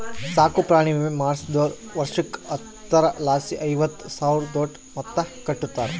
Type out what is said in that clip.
ಸಾಕುಪ್ರಾಣಿ ವಿಮೆ ಮಾಡಿಸ್ದೋರು ವರ್ಷುಕ್ಕ ಹತ್ತರಲಾಸಿ ಐವತ್ತು ಸಾವ್ರುದೋಟು ಮೊತ್ತ ಕಟ್ಟುತಾರ